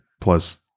Plus